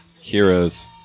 heroes